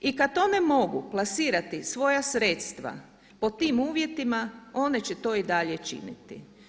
I kada to ne mogu plasirati svoja sredstva pod tim uvjetima, one će to i dalje činiti.